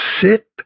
sit